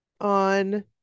On